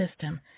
system